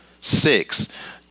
six